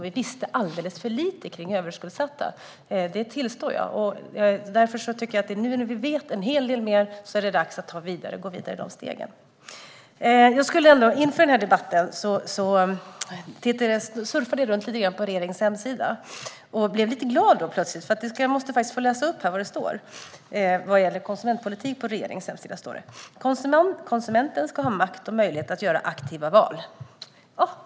Vi visste alldeles för lite om överskuldsatta. Det tillstår jag. Nu när vi vet en hel del mer är det dags att gå vidare med de stegen. Inför debatten surfade jag runt lite grann på regeringens hemsida och blev lite glad. Jag måste få läsa upp vad det står vad gäller konsumentpolitik på regeringens hemsida: Konsumenten ska ha makt och möjlighet att göra aktiva val.